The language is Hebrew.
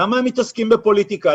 למה הם מתעסקים בפוליטיקה?